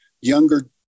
younger